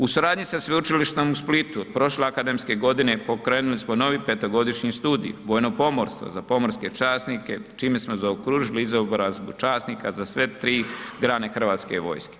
U suradnju sa Sveučilištem u Splitu prošle akademske godine pokrenuli smo novi petogodišnji studij, vojno pomorstvo, za pomorske časnike čime smo zaokružili izobrazbu časnika za sve tri grane Hrvatske vojske.